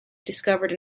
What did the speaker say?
discovered